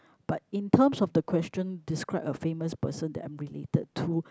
but in terms of the question describe a famous person that I'm related to